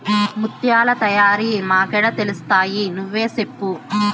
ముత్యాల తయారీ మాకేడ తెలుస్తయి నువ్వే సెప్పు